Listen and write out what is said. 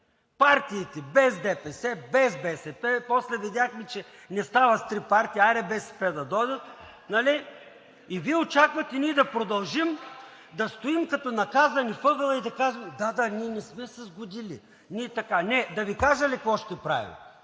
Партиите без ДПС, без БСП, после видяхме, че не става с три партии, хайде БСП да дойдат, нали? И Вие очаквате да продължим да стоим като наказани в ъгъла и да казваме: да, да, ние не сме се сгодили – ние така, не. Да Ви кажа ли ние какво ще правим,